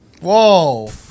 Whoa